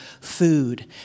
food